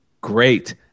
Great